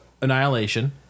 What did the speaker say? Annihilation